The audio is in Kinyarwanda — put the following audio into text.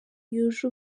yuje